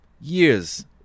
years